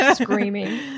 screaming